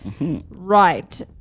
Right